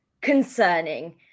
concerning